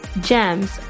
Gems